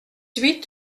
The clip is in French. huit